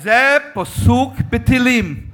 זה פסוק בתהילים.